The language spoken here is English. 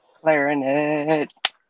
Clarinet